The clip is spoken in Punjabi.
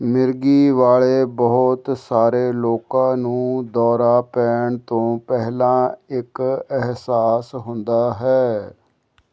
ਮਿਰਗੀ ਵਾਲੇ ਬਹੁਤ ਸਾਰੇ ਲੋਕਾਂ ਨੂੰ ਦੌਰਾ ਪੈਣ ਤੋਂ ਪਹਿਲਾਂ ਇੱਕ ਅਹਿਸਾਸ ਹੁੰਦਾ ਹੈ